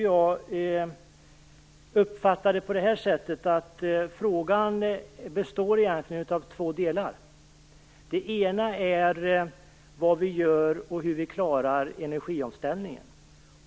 Jag uppfattar det som att den fråga vi nu diskuterar egentligen består av två delar. Det ena är hur vi klarar energiomställningen.